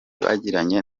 bagiranye